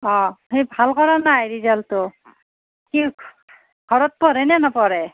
অঁ সি ভাল কৰা নাই ৰিজাল্টটো সি ঘৰত পঢ়ে নে নপঢ়ে